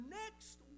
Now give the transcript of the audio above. next